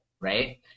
right